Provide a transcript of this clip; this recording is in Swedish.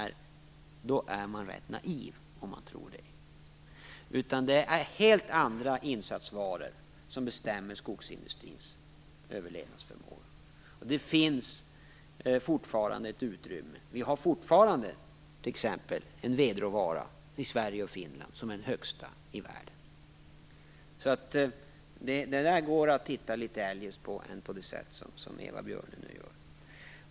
Man är rätt naiv om man tror det. Det är helt andra insatsvaror som bestämmer skogsindustrins överlevnadsförmåga. Det finns fortfarande ett utrymme. Vi har fortfarande t.ex. en vedråvara i Sverige och Finland som är den främsta i världen. Det går att titta på detta på ett litet annat sätt än som Eva Björne nu gör.